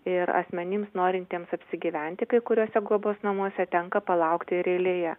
ir asmenims norintiems apsigyventi kai kuriuose globos namuose tenka palaukti eilėje